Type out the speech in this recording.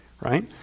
right